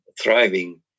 thriving